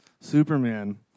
superman